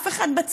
אף אחד בצד,